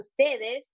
ustedes